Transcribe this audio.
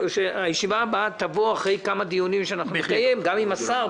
הישיבה הבאה תבוא אחרי כמה דיונים שאנחנו נקיים גם עם השר,